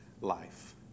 life